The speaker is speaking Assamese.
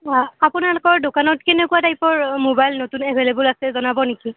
অঁ আপোনালোকৰ দোকানত কেনেকুৱা টাইপৰ মবাইল নতুন এভেইলএবল আছে জনাব নেকি